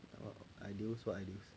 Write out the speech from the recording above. about ideals what ideals